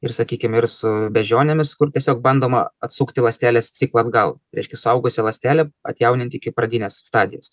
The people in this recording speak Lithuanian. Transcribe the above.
ir sakykim ir su beždžionėmis kur tiesiog bandoma atsukti ląstelės ciklą atgal reiškia suaugusią ląstelę atjauninti iki pradinės stadijos